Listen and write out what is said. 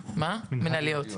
מינהליות.